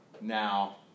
Now